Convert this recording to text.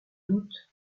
doute